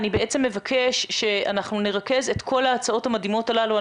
אני מבקשת שנרכז את כל ההצעות המדהימות הללו.